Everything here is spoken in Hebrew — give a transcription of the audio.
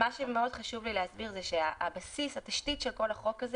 מה שמאוד חשוב לי להסביר זה שהתשתית של כל החוק הזה